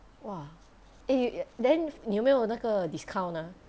!wah! eh then 有没有那个 discount ah